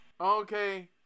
Okay